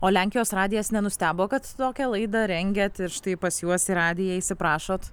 o lenkijos radijas nenustebo kad tokią laidą rengiat ir štai pas juos į radiją įsiprašot